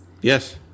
Yes